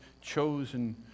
chosen